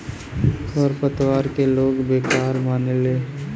खर पतवार के लोग बेकार मानेले